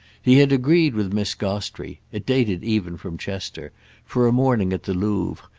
he had agreed with miss gostrey it dated even from chester for a morning at the louvre,